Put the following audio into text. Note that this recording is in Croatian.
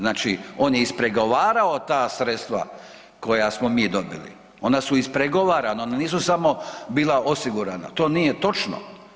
Znači on je ispregovarao ta sredstva koja smo mi dobili, ona su ispregovarana, ona nisu samo bila osigurana, to nije točno.